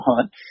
hunt